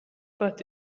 but